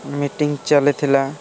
meeting ଚାଲିଥିଲା